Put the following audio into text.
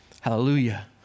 Hallelujah